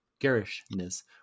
garishness